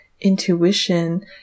intuition